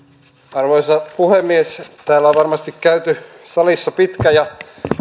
arvoisa puhemies täällä on varmasti käyty salissa pitkä ja